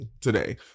today